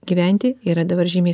gyventi yra dabar žymiai